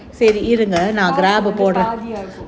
பாதியா:paathiyaa